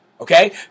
Okay